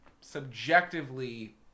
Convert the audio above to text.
subjectively